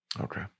okay